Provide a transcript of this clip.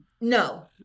No